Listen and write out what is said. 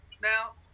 Now